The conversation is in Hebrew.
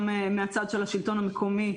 גם מהצד של השלטון המקומי,